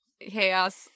Chaos